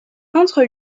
peintre